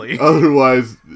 otherwise